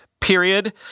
period